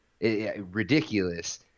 Ridiculous